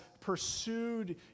pursued